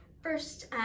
first